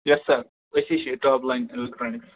یَس سَر أسی چھِ ٹاپ لایِن اٮ۪لَکٹرانِکٕس